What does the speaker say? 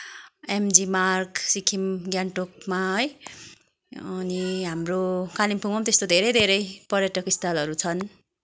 MG मार्ग सिक्किम गान्तोकमा है अनि हाम्रो कालिम्पोङमा पनि धेरै धेरै पर्यटक स्थलहरू छन्